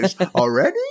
already